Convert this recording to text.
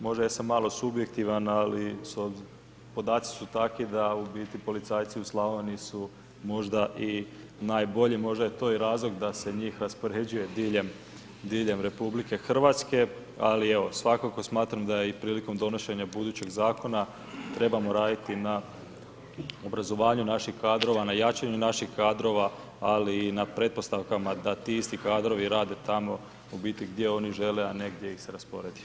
Možda ja sam malo subjektivan, ali podaci su takvi da u biti policajci u Slavoniji su možda i najbolji, možda je to i razlog da se njih raspoređuje diljem, diljem RH ali evo svakako smatram da je i prilikom donošenja budućeg zakona, trebamo raditi na obrazovanju naših kadrova, na jačanju naših kadrova, ali i na pretpostavkama da ti isti kadrovi rade tamo u biti gdje oni žele, a ne gdje ih se rasporedi.